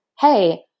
hey